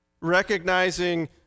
recognizing